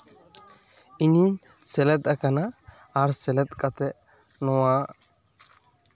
ᱤᱧᱤᱧ ᱥᱮᱞᱮᱫ ᱟᱠᱟᱱᱟ ᱟᱨ ᱥᱮᱞᱮᱫ ᱠᱟᱛᱮᱜ ᱱᱚᱣᱟ